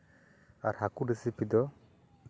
ᱟᱨ ᱦᱟᱹᱠᱩ ᱨᱮᱥᱤᱯᱤ ᱫᱚ